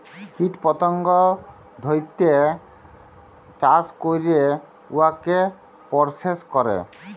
কীট পতঙ্গ ধ্যইরে চাষ ক্যইরে উয়াকে পরসেস ক্যরে